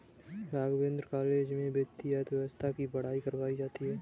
Raghavendra college में वित्तीय अर्थशास्त्र की पढ़ाई करवायी जाती है